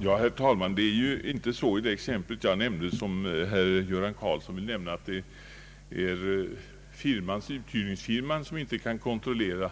Herr talman! I det exempel som jag nämnde är det inte, som herr Göran Karlsson sade, uthyrningsfirman som inte kan kontrollera